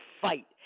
fight